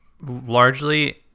largely